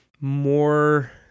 more